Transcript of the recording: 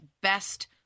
best